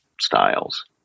styles